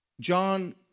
John